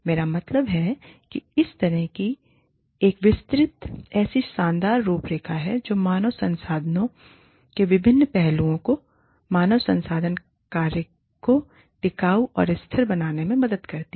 मेरा मतलब है कि यह इस तरह की एक विस्तृत ऐसी शानदार रूपरेखा है जो मानव संसाधनों के विभिन्न पहलुओं को मानव संसाधन कार्य को टिकाऊस्थिर बनाने में मदद करती है